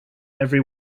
every